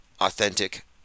authentic